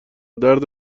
درد